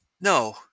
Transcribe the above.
no